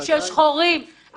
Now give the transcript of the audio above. של שחורים,